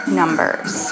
numbers